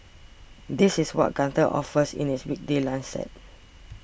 this is what Gunther offers in its weekday lunch set